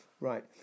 Right